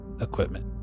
equipment